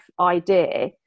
idea